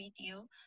video